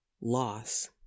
loss